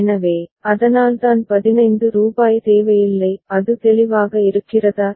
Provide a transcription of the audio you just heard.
எனவே அதனால்தான் 15 ரூபாய் தேவையில்லை அது தெளிவாக இருக்கிறதா